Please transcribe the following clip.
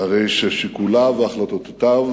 שיקוליו והחלטותיו